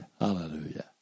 Hallelujah